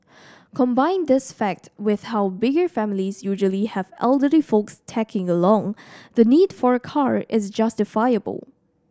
combine this fact with how bigger families usually have elderly folks tagging along the need for a car is justifiable